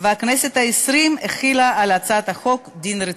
והכנסת העשרים החילה על הצעת החוק דין רציפות.